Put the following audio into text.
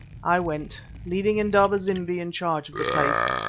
i went, leaving indaba-zimbi in charge of the place,